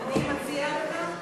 אני מציעה לך,